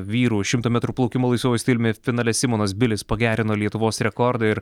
vyrų šimto metrų plaukimo laisvuoju stiliumi finale simonas bilis pagerino lietuvos rekordą ir